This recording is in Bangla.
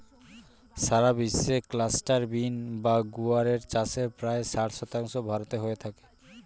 সারা বিশ্বে ক্লাস্টার বিন বা গুয়ার এর চাষের প্রায় ষাট শতাংশ ভারতে হয়ে থাকে